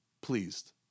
Pleased